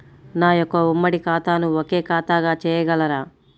నా యొక్క ఉమ్మడి ఖాతాను ఒకే ఖాతాగా చేయగలరా?